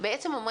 יותר חמור מזה.